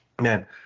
Man